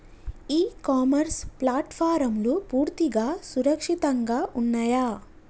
ఇ commerce ప్లాట్ఫారమ్లు పూర్తిగా సురక్షితంగా ఉన్నయా?